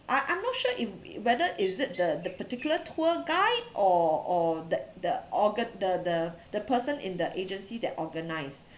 I I'm not sure if whether is it the the particular tour guide or or the the orga~ the the the person in the agency that organised